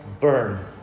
burn